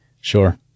Sure